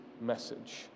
message